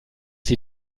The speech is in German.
sie